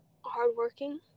hardworking